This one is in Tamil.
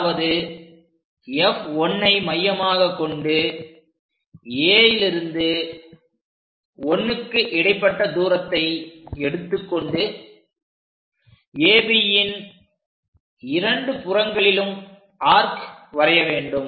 அதாவது F1ஐ மையமாக கொண்டு Aலிருந்து 1க்கு இடைப்பட்ட தூரத்தை எடுத்துக் கொண்டு AB ன் இரண்டு புறங்களிலும் ஆர்க் வரைய வேண்டும்